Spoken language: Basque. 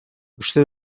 uste